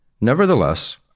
nevertheless